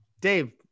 Dave